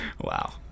wow